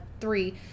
three